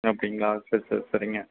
அப்படிங்களா சரி சரி சரிங்க